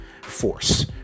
force